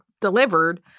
delivered